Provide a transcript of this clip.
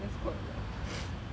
that's quite a lot